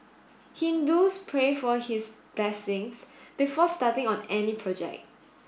Hindus pray for his blessings before starting on any project